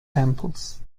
temples